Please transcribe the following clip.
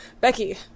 Becky